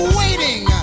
waiting